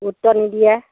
গুৰুত্ব নিদিয়ে